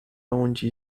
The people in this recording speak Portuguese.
aonde